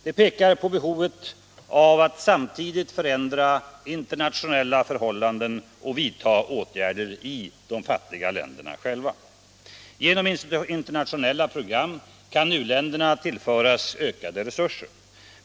Det pekar på behovet av att samtidigt förändra internationella förhållanden och vidta åtgärder i de fattiga länderna. Genom internationella program kan uländerna tillföras ökade resurser.